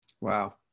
Wow